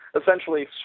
essentially